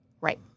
Right